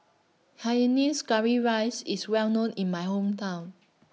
Hainanese Curry Rice IS Well known in My Hometown